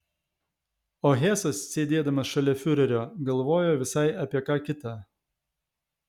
o hesas sėdėdamas šalia fiurerio galvojo visai apie ką kitą